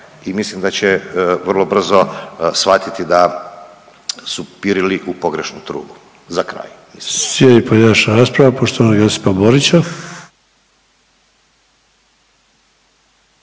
i mislim da će vrlo brzo shvatiti da su pirili u pogrešnu trubu za kraj.